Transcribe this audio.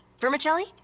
Vermicelli